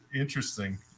Interesting